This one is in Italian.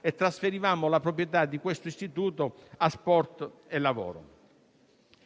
e trasferivamo le proprietà di questo istituto a Sport e salute SpA.